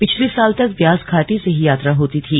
पिछले साल तक व्यास घाटी से ही यात्रा होती थी